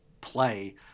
play